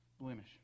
blemish